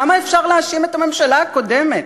כמה אפשר להאשים את הממשלה הקודמת?